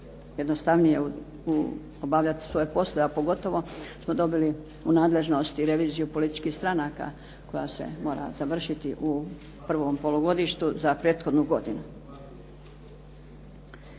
jednostavnije obavljati svoje poslove, a pogotovo smo dobili u nadležnosti reviziju političkih stranaka koja se mora završiti u prvom polugodištu za prethodnu godinu.